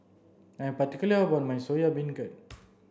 I'm particular about my Soya Beancurd